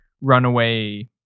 runaway